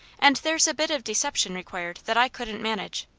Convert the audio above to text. and there's a bit of deception required that i couldn't manage.